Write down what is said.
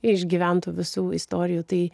išgyventų visų istorijų tai